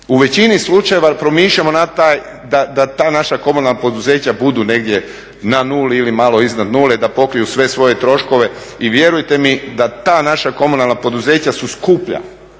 u većini slučajeva promišljamo na taj da ta naša komunalna poduzeća budu negdje na nuli ili malo iznad nule, da pokriju sve svoje troškove i vjerujte mi da ta naša komunalna poduzeća su skuplja